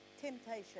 temptation